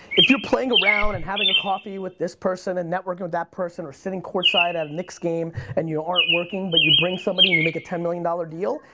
if you're playing around and having a coffee with this person and networking with that person, or sitting court-side at a knicks game and you aren't working, but you bring somebody and you make a ten million dollar deal,